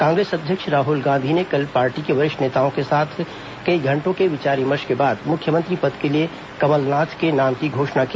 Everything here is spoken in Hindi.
कांग्रेस अध्यक्ष राहुल गांधी ने कल पार्टी के वरिष्ठ नेताओं के साथ कई घंटों के विचार विमर्श के बाद मुख्यमंत्री पद के लिए कमलनाथ के नाम की घोषणा की